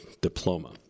diploma